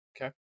Okay